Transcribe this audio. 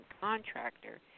contractor